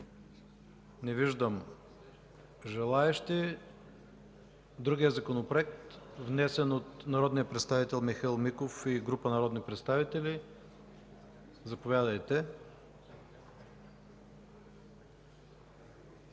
Не виждам желаещи. По другия Законопроект, внесен от народния представител Михаил Миков и група народни представители? Заповядайте.